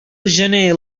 gener